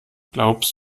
glaubst